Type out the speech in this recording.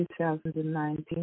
2019